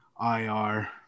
IR